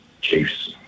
Chiefs